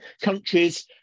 countries